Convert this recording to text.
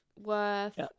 worth